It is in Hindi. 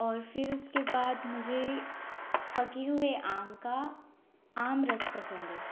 और फिर उसके बाद मुझे पके हुए आम का आमरस पसंद है